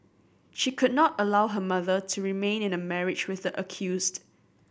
she could not allow her mother to remain in a marriage with the accused